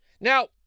Now